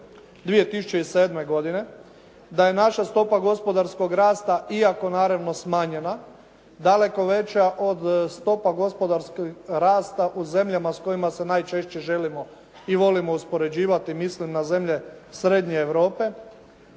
2007. godine, da je naša stopa gospodarskog rasta iako naravno smanjena daleko veća od stope gospodarskog rasta u zemljama s kojima se najčešće želimo i volimo uspoređivati. Mislim na zemlje Srednje Europe.